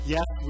Yes